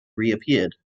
reappeared